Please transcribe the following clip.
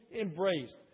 embraced